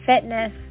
fitness